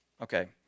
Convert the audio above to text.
Okay